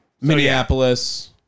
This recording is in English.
minneapolis